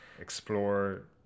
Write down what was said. explore